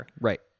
right